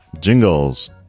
Jingles